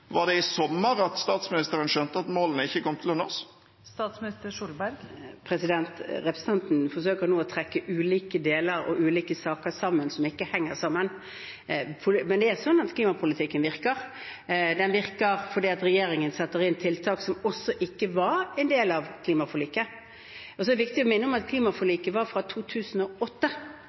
Var det i sommer statsministeren skjønte at målene ikke kom til å nås? Representanten forsøker nå å trekke ulike deler og ulike saker sammen som ikke henger sammen. Men klimapolitikken virker. Den virker fordi regjeringen også setter inn tiltak som ikke var en del av klimaforliket. Så er det viktig å minne om at klimaforliket var fra 2008,